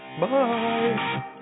Bye